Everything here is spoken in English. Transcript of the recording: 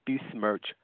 besmirch